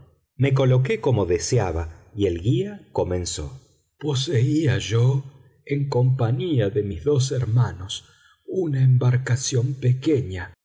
me coloqué como deseaba y el guía comenzó poseía yo en compañía de mis dos hermanos una embarcación pequeña